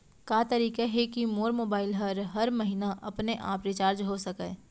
का तरीका हे कि मोर मोबाइल ह हर महीना अपने आप रिचार्ज हो सकय?